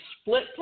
split